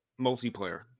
multiplayer